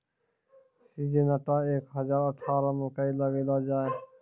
Syngenta एक हजार अठारह मकई लगैलो जाय?